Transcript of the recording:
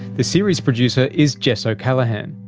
the series producer is jess o'callaghan,